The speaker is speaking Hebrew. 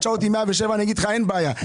שאל אותי לגבי 107, אני אגיד לך שאין לי בעיה.